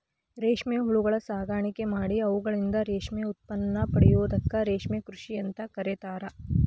ರೇಷ್ಮೆ ಹುಳಗಳ ಸಾಕಾಣಿಕೆ ಮಾಡಿ ಅವುಗಳಿಂದ ರೇಷ್ಮೆ ಉತ್ಪನ್ನ ಪಡೆಯೋದಕ್ಕ ರೇಷ್ಮೆ ಕೃಷಿ ಅಂತ ಕರೇತಾರ